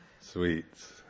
sweets